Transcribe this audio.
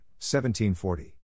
1740